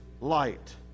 light